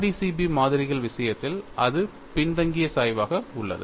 RDCB மாதிரிகள் விஷயத்தில் இது பின்தங்கிய சாய்வாக உள்ளது